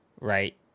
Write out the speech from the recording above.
right